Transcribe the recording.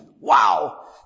Wow